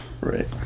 Right